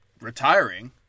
retiring